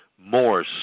more